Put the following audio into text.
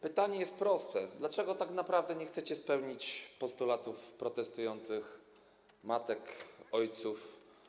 Pytanie jest proste: Dlaczego tak naprawdę nie chcecie spełnić postulatów protestujących matek, ojców?